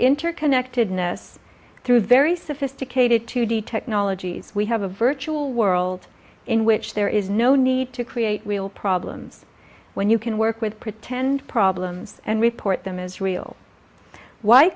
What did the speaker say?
interconnectedness through very sophisticated two d technologies we have a virtual world in which there is no need to create real problems when you can work with pretend problems and report them as real why